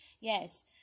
yes